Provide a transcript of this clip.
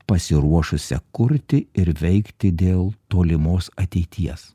pasiruošusią kurti ir veikti dėl tolimos ateities